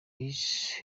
miss